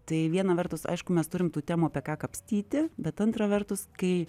tai viena vertus aišku mes turim tų temų apie ką kapstyti bet antra vertus kai